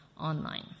online